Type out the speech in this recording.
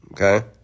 Okay